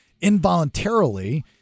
involuntarily